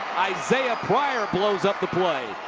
isaiah pryor blows up the play.